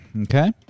Okay